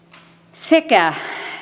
sekä